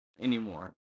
anymore